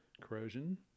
corrosion